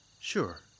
Sure